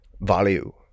Value